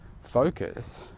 focus